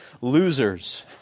losers